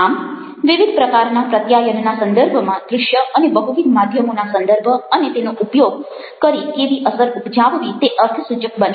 આમ વિવિધ પ્રકારના પ્રત્યાયનના સંદર્ભમાં દ્રશ્ય અને બહુવિધ માધ્યમોના સંદર્ભ અને તેનો ઉપયોગ કરી કેવી અસર ઊપજાવવી તે અર્થસૂચક બનશે